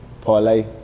Parlay